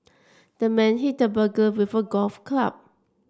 the man hit the burglar with a golf club